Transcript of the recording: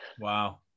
Wow